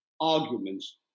arguments